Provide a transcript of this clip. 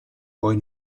poi